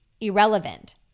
irrelevant